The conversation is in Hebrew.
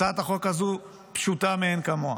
הצעת החוק הזאת פשוטה מאין כמוה.